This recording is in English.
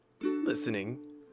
listening